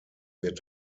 wird